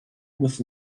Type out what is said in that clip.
with